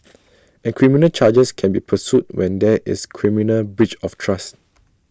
and criminal charges can be pursued when there is criminal breach of trust